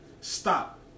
stop